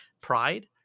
pride